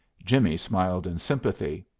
jimmie smiled in sympathy.